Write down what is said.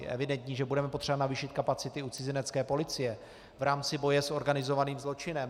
Je evidentní, že budeme potřebovat navýšit kapacity u cizinecké policie v rámci boje s organizovaným zločinem.